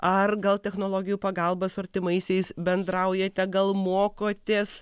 ar gal technologijų pagalba su artimaisiais bendraujate gal mokotės